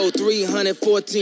314